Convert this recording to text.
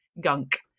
gunk